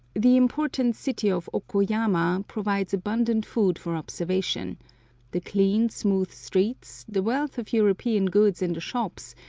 the important city of okoyama provides abundant food for observation the clean, smooth streets, the wealth of european goods in the shops,